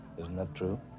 isn't that true?